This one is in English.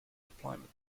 deployment